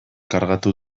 kargatu